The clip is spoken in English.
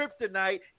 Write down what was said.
kryptonite